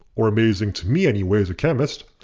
or amazing to me anyway as a chemist,